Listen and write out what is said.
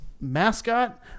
Mascot